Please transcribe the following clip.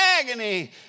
agony